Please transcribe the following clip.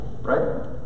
Right